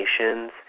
nations